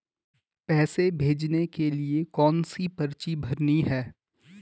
पैसे भेजने के लिए कौनसी पर्ची भरनी है?